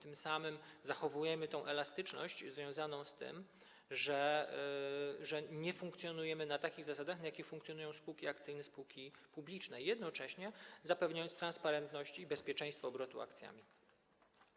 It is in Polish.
Tym samym zachowujemy elastyczność związaną z tym, że nie funkcjonujemy na takich zasadach, na jakich funkcjonują spółki akcyjne, spółki publiczne, jednocześnie zapewniając transparentność i bezpieczeństwo obrotu akcjami,